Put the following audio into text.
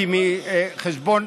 כי מחשבון,